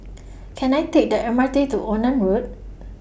Can I Take The M R T to Onan Road